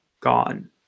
gone